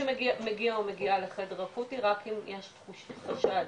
שמגיע או מגיעה לחדר אקוטי רק אם יש חשד,